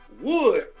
wood